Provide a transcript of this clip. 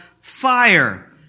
fire